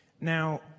Now